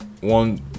one